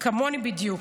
כמוני בדיוק,